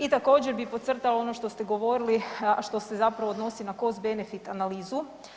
I također bih podcrtala ono što ste govorili, a što se zapravo odnosi na Cost-benefit analizu.